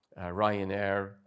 Ryanair